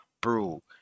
bro